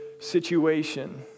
situation